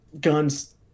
guns